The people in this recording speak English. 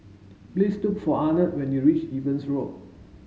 please look for Arnett when you reach Evans Road